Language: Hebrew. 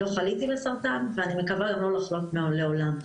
לא חליתי בסרטן ואני מקווה גם לא לחלות לעולם.